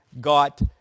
got